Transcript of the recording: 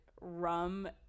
rum